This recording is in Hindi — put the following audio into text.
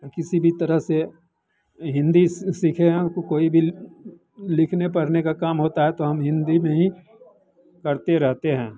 किसी भी तरह से हिन्दी सीखे हैं उसको कोई भी लिखने पढ़ने का काम होता है तो हम हिन्दी में ही करते रहते हैं